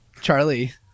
Charlie